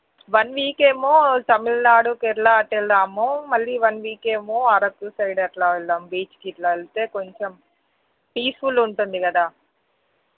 one week ఏమో తమిళనాడు కేరళ అటు వెళ్దాము మళ్ళీ వన్ వీక్ ఏమో అరకు సైడ్ అట్లా వెళ్దాం బీచ్కి ఇట్లా వెళ్తే కొంచెం పీస్ఫుల్ ఉంటుంది కదా